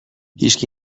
هیشکی